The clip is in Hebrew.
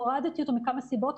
הורדתי אותו מכמה סיבות,